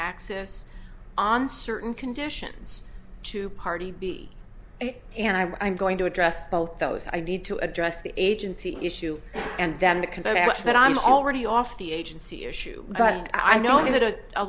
access on certain conditions to party b and i'm going to address both those i need to address the agency issue and then it can vouch that i'm already off the agency issue but i know that a